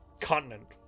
continent